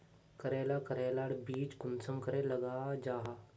करेला करेलार बीज कुंसम करे लगा जाहा?